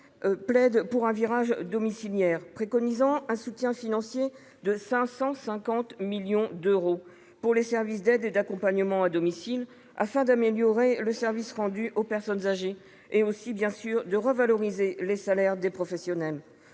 plaide pour un virage domiciliaire, préconisant un soutien financier de 550 millions d'euros pour les services d'aide et d'accompagnement à domicile, afin d'améliorer le service rendu aux personnes âgées et de revaloriser les salaires des professionnels.